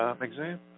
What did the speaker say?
exam